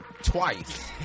twice